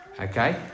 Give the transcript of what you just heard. okay